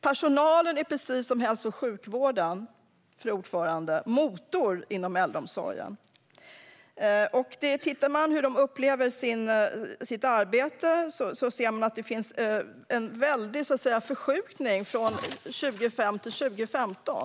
Personalen är, precis som i hälso och sjukvården, motorn i äldreomsorgen, fru talman. Om man tittar på hur personalen inom äldreomsorgen upplever sitt arbete ser man att det skedde en kraftig förskjutning från 2005 till 2015.